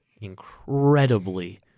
incredibly